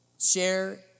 share